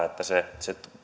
että se se